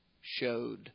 showed